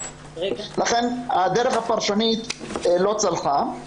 לכן הדרך הפרשנית לא צלחה.